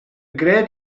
gred